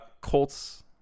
Colts